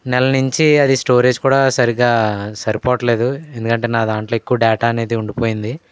నెల నుంచి అది స్టోరేజ్ కూడా సరిగ్గా సరిపోవట్లేదు ఎందుకంటే నా దాంట్లో ఎక్కువ డేటా అనేది ఉండిపోయింది